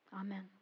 Amen